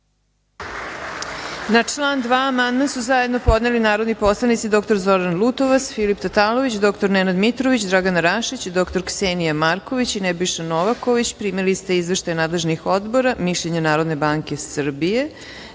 Na član 2. amandman su zajedno podneli narodni poslanici dr Zoran Lutovac, Filip Tatalović, dr Nenad Mitrović, Dragana Rašić, dr Ksenija Marković i Nebojša Novaković. Primili ste izveštaje nadležnih odbora i mišljenje Narodne banke Srbije. Nikoga